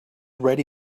ready